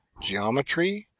geometry,